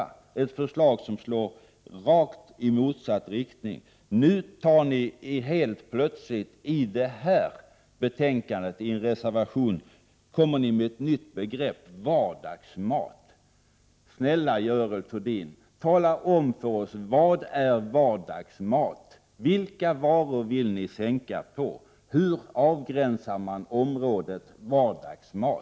Det är ett förslag som slår i rakt motsatt riktning. I en reservation till detta betänkande kommer ni med ett nytt begrepp, vardagsmat. Snälla Görel Thurdin, tala om för oss: Vad är vardagsmat? För vilka varor vill ni sänka momsen? Hur avgränsar man området vardagsmat?